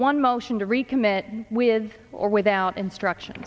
one motion to recommit with or without instruction